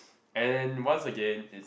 and once again it's